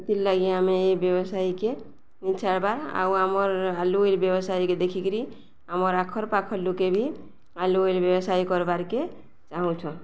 ସେଥିର୍ଲାଗି ଆମେ ଏଇ ବ୍ୟବସାୟୀକେ ଛାଡ଼ବାର୍ ଆଉ ଆମର୍ ଆଲୁ ଇଲ୍ ବ୍ୟବସାୟୀକେ ଦେଖିକିରି ଆମର୍ ଆଖର ପାଖ ଲୁକେ ବି ଆଲୁ ଇଲ୍ ବ୍ୟବସାୟ କର୍ବାର୍କେ ଚାହୁଁଛନ୍